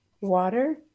water